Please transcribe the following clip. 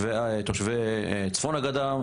תושבי צפון הגדה,